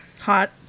Hot